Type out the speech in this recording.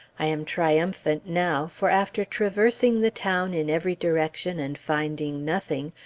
i am triumphant now, for after traversing the town in every direction and finding nothing,